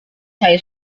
saya